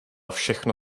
všechno